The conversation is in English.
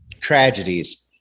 tragedies